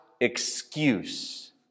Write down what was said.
excuse